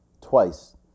twice